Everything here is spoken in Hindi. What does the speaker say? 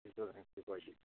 क्वालिटी